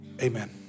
Amen